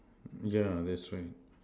yeah that's right